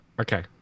Okay